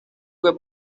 que